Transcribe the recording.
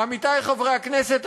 עמיתי חברי הכנסת,